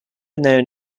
known